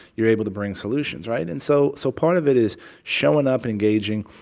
you're able to bring solutions, right? and so so part of it is showing up and engaging.